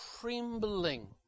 trembling